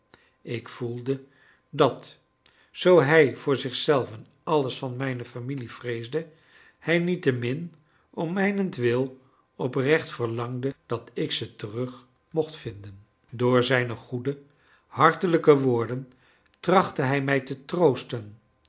ik voelde dat zoo hij voor zichzelven alles van mijne familie vreesde hij niettemin om mijnentwil oprecht verlangde dat ik ze terug mocht vinden door zijne goede hartelijke woorden trachtte hij mij te troosten